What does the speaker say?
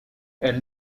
elle